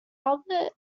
albert